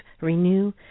renew